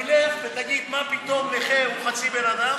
תלך ותגיד: מה פתאום נכה הוא חצי בן אדם?